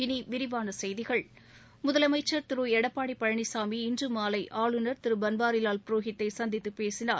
இனி விரிவான செய்திகள் முதலமைச்சர் திரு எடப்பாடி பழனிசாமி இன்று மாலை ஆளுநர் திரு பன்வாரிவால் புரோஹித்தை சந்தித்து பேசினார்